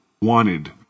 wanted